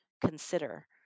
consider